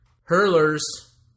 hurlers